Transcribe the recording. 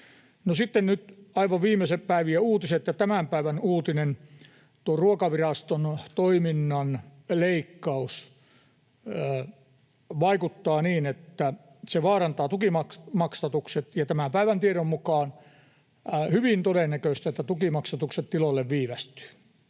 Sitten nyt aivan viime päivien uutiset ja tämän päivän uutinen. Ruokaviraston toiminnan leikkaus vaikuttaa niin, että se vaarantaa tukimaksatukset, ja tämän päivän tiedon mukaan on hyvin todennäköistä, että tukimaksatukset tiloille viivästyvät.